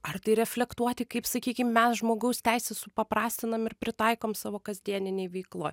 ar tai reflektuoti kaip sakykim mes žmogaus teises supaprastinam ir pritaikom savo kasdieninėj veikloj